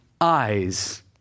eyes